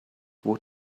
what